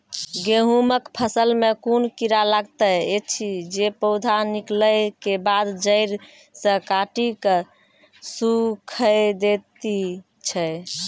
गेहूँमक फसल मे कून कीड़ा लागतै ऐछि जे पौधा निकलै केबाद जैर सऽ काटि कऽ सूखे दैति छै?